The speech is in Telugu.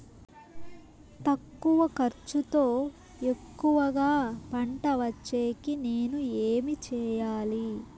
తక్కువ ఖర్చుతో ఎక్కువగా పంట వచ్చేకి నేను ఏమి చేయాలి?